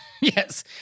Yes